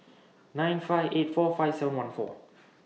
nine five eight four five seven one four